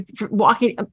walking